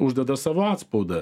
uždeda savo atspaudą